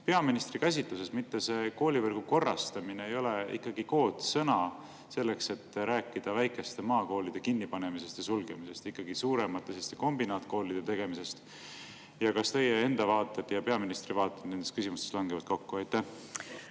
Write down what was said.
peaministri käsitluses see koolivõrgu korrastamine ei ole ikkagi mitte koodsõna selleks, et rääkida väikeste maakoolide kinnipanemisest, sulgemisest ja suuremate kombinaatkoolide tegemisest? Ja kas teie vaated ja peaministri vaated nendes küsimustes langevad kokku? Suur